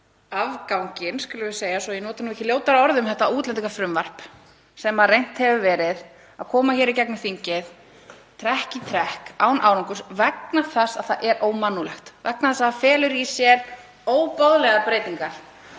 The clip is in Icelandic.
hinn afganginn, skulum við segja, svo að ég noti nú ekki ljótara orð um þetta útlendingafrumvarp sem reynt hefur verið að koma í gegnum þingið trekk í trekk án árangurs, vegna þess að það er ómannúðlegt, vegna þess að það felur í sér óboðlegar breytingar